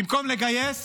במקום לגייס